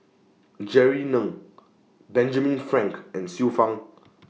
Jerry Ng Benjamin Frank and Xiu Fang